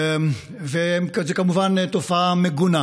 וזו כמובן תופעה מגונה,